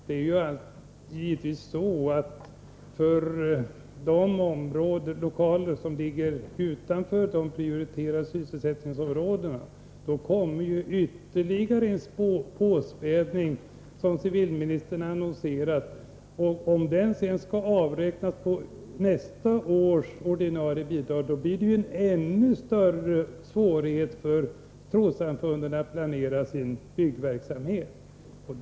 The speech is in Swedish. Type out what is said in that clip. Det är givetvis så, att det för de lokaler som ligger utanför de prioriterade sysselsättningsområdena kommer en ytterligare påspädning, som civilministern annonserade. Om den sedan skall avräknas på nästa års ordinarie bidrag, blir det ännu större svårigheter för trossamfunden att planera sin byggverksamhet.